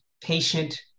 patient